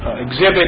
exhibit